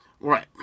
Right